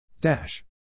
Dash